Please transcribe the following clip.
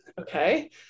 Okay